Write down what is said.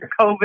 COVID